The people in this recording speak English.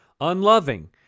unloving